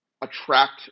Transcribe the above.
attract